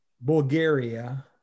Bulgaria